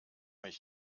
mich